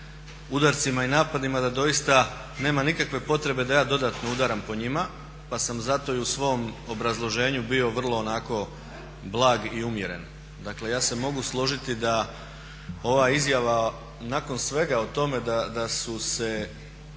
udarima i napadima da doista nema nikakve potrebe da ja dodatno udaram po njima pa sam zato i u svom obrazloženju bio vrlo onako blag i umjeren. Dakle ja se mogu složiti da ova izjava nakon svega o tome da su se,